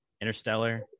Interstellar